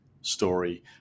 story